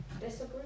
Disagree